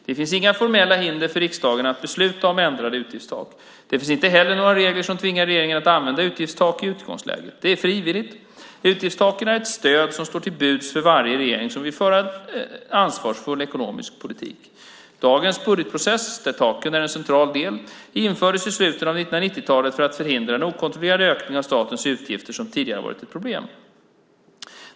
Det finns inga formella hinder för riksdagen att besluta om ändrade utgiftstak. Det finns inte heller några regler som tvingar regeringen att använda utgiftstak i utgångsläget. Det är frivilligt. Utgiftstaken är ett stöd som står till buds för varje regering som vill föra en ansvarsfull ekonomisk politik. Dagens budgetprocess, där taken är en central del, infördes i slutet av 1990-talet för att förhindra en okontrollerad ökning av statens utgifter som tidigare varit ett problem.